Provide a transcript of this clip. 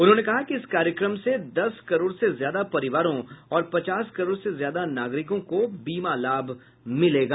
उन्होंने कहा कि इस कार्यक्रम से दस करोड़ से ज्यादा परिवारों और पचास करोड़ से ज्यादा नागरिकों को बीमा लाभ मिलेगा